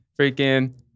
Freaking